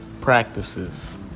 practices